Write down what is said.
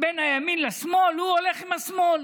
בין הימין לשמאל, הוא הולך עם השמאל.